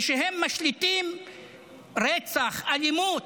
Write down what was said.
ושהם משליטים רצח, אלימות,